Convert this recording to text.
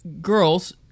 girls